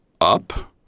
up